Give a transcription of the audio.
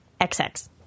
XX